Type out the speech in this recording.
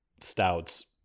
stouts